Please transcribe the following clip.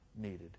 needed